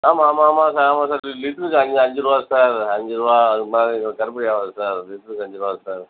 ஆமாம் ஆமாம் ஆமாம் சார் ஆமாம் சார் லிட்ருக்கு அஞ்சு அஞ்சுருவா சார் அஞ்சுருவா அதுக்கு மேலே எங்களுக்கு கட்டுப்படி ஆகாது சார் லிட்ருக்கு அஞ்சுரூவா தான் சார்